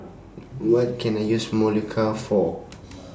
What Can I use Molicare For